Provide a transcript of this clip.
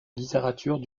littérature